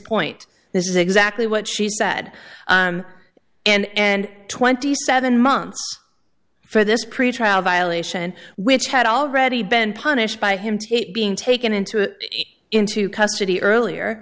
this is exactly what she said and twenty seven months for this pretrial violation which had already been punished by him to being taken into into custody earlier